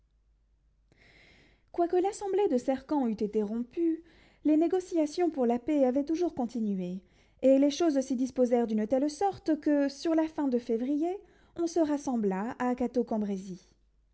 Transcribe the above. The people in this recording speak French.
quoique l'assemblée de cercamp eût été rompue les négociations pour la paix avaient toujours continué et les choses s'y disposèrent d'une telle sorte que sur la fin de février on se rassembla à